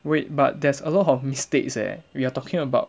wait but there's a lot of mistakes eh we are talking about